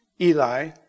Eli